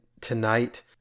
tonight